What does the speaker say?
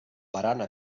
barana